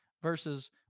Versus